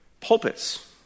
Pulpits